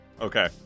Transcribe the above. Okay